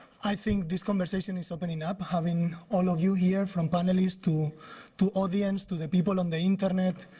i think this conversation is opening up. having all of you here, from panelists to to audience to the people on the internet,